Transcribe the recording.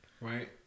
Right